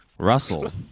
Russell